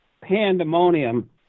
pandemonium